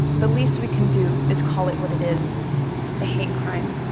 the least we can do is call it what it is a hate crime.